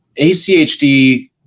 ACHD